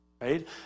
right